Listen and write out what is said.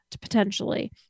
potentially